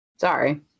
Sorry